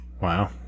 Wow